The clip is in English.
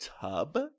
tub